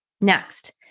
Next